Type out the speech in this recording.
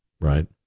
right